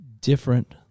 different